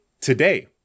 today